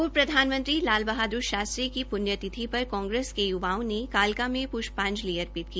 पूर्व प्रधानमंत्री लाल बहादुर शास्त्री की पुण्यतिथि पर कांग्रेस के युवाओं ने कालका में पुष्पांजलि अर्पित की